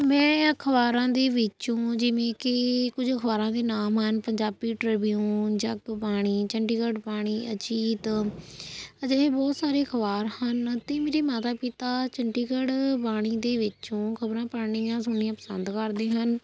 ਮੈਂ ਅਖਬਾਰਾਂ ਦੇ ਵਿੱਚੋਂ ਜਿਵੇਂ ਕਿ ਕੁਝ ਅਖਬਾਰਾਂ ਦੇ ਨਾਮ ਹਨ ਪੰਜਾਬੀ ਟ੍ਰਿਬਿਊਨ ਜਗ ਬਾਣੀ ਚੰਡੀਗੜ੍ਹ ਬਾਣੀ ਅਜੀਤ ਅਜਿਹੇ ਬਹੁਤ ਸਾਰੇ ਅਖਬਾਰ ਹਨ ਅਤੇ ਮੇਰੇ ਮਾਤਾ ਪਿਤਾ ਚੰਡੀਗੜ੍ਹ ਬਾਣੀ ਦੇ ਵਿੱਚੋਂ ਖਬਰਾਂ ਪੜ੍ਹਨੀਆਂ ਸੁਣਨੀਆਂ ਪਸੰਦ ਕਰਦੇ ਹਨ